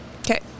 Okay